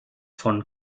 von